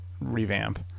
revamp